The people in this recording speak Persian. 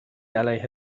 علیه